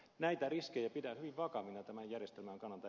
näitä riskejä pidän hyvin vakavina tämän järjestelmän kannalta